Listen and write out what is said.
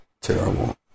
terrible